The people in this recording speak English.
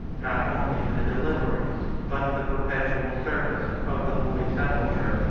not only to the deliverance, but to the perpetual service, of the holy sepulchre.